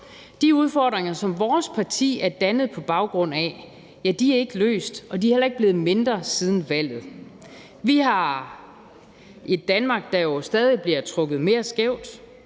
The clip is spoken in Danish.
De udfordringer, som vores parti er dannet på baggrund af, er ikke løst, og de er heller ikke blevet mindre siden valget. Vi har et Danmark, der jo stadig bliver trukket mere skævt.